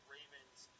Ravens